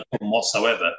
whatsoever